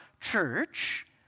church